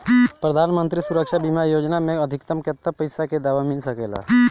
प्रधानमंत्री सुरक्षा बीमा योजना मे अधिक्तम केतना पइसा के दवा मिल सके ला?